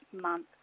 month